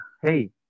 hey